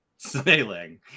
sailing